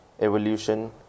evolution